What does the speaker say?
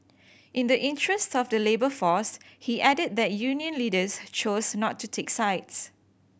in the interest of the labour force he added that union leaders chose not to take sides